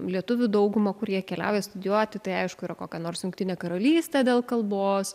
lietuvių daugumą kurie keliauja studijuoti tai aišku yra kokia nors jungtinė karalystė dėl kalbos